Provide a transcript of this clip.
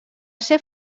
ser